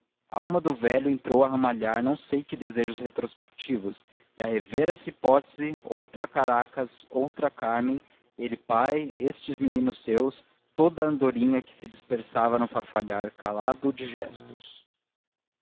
alma do velho entrou a ramalhar não sei que desejos retrospectivos e a rever essa hipótese outra caracas outra cármen ele pai estes meninos seus toda a andorinha que se dispersava num farfalhar calado de gestos